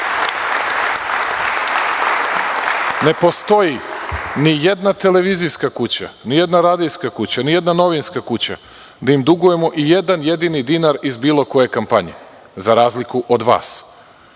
Ne postoji nijedna televizijska kuća, nijedna radijska kuća, nijedna novinska kuća da im dugujemo i jedan jedini dinar iz bilo koje kampanje, za razliku od vas.